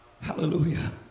Hallelujah